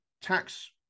tax